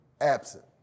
absent